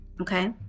Okay